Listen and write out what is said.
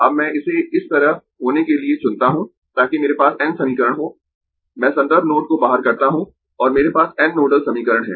अब मैं इसे इस तरह होने के लिए चुनता हूं ताकि मेरे पास n समीकरण हों मैं संदर्भ नोड को बाहर करता हूं और मेरे पास n नोडल समीकरण है